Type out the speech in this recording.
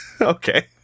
okay